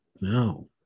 no